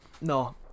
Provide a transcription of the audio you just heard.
No